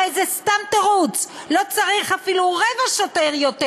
הרי זה סתם תירוץ, לא צריך אפילו רבע שוטר יותר.